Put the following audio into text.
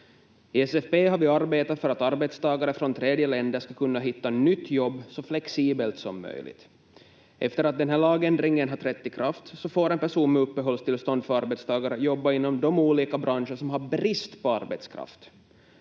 I SFP har vi arbetat för att arbetstagare från tredje länder ska kunna hitta nytt jobb så flexibelt som möjligt. Efter att den här lagändringen har trätt i kraft får en person med uppehållstillstånd för arbetstagare jobba inom de olika branscher som har brist på arbetskraft.